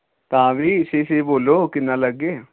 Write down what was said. तां बी स्हेई स्हेई बोलो किन्ना लाग्गे